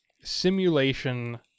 simulation